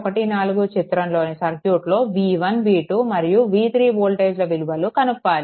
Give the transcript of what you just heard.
14 చిత్రంలోని సర్క్యూట్లో v1 v2 మరియు v3 వోల్టేజ్ల విలువలు కనుక్కోవాలి